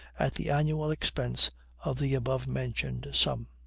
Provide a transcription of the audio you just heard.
at the annual expense of the above-mentioned sum.